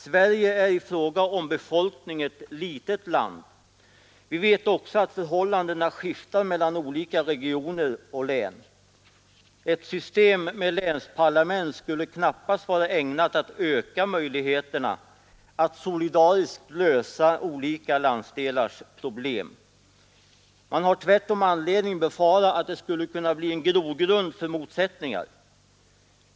Sverige är i fråga om befolkning ett litet land. Vi vet också att förhållandena skiftar mellan olika regioner och län, Ett system med ”länsparlament” skulle knappast vara ägnat att öka möjligheterna att solidariskt lösa olika landsdelars problem. Man har tvärtom anledning befara att det skulle kunna bli en grogrund för motsättningar.